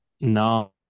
no